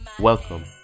welcome